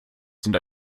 sind